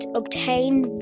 obtained